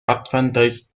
advantage